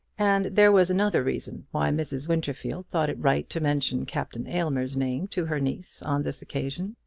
and there was another reason why mrs. winterfield thought it right to mention captain aylmer's name to her niece on this occasion.